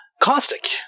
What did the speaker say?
Caustic